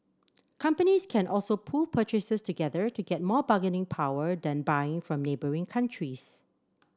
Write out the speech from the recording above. companies can also pool purchases together to get more bargaining power then buying from neighbouring countries